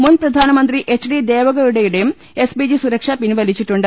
മുൻപ്രധാനമന്ത്രി H D ദേവഗൌഡയുടെയും SPG സുരക്ഷ പിൻവലിച്ചിട്ടുണ്ട്